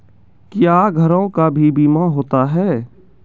क्या घरों का भी बीमा होता हैं?